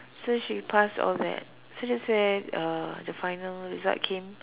so she passed all that so that's where uh the final result came